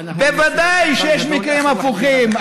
מקרה הפוך, בוודאי שיש מקרים הפוכים.